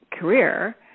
career